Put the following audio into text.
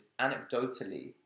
anecdotally